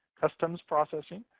customs processing,